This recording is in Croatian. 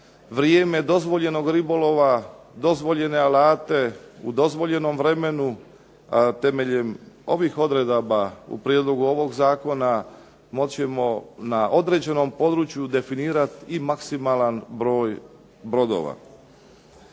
vrijeme dozvoljenog ribolova, dozvoljene alate u dozvoljenom vremenu, a temeljem ovih odredaba u prijedlogu ovog zakona moći ćemo na određenom području definirati i maksimalan broj brodova.